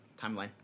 timeline